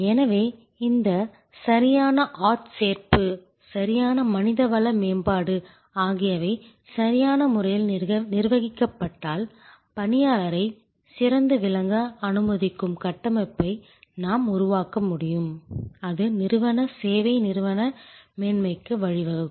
எனவே இந்த சரியான ஆட்சேர்ப்பு சரியான மனித வள மேம்பாடு ஆகியவை சரியான முறையில் நிர்வகிக்கப்பட்டால் பணியாளரை சிறந்து விளங்க அனுமதிக்கும் கட்டமைப்பை நாம் உருவாக்க முடியும் அது நிறுவன சேவை நிறுவன மேன்மைக்கு வழிவகுக்கும்